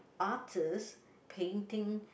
artist painting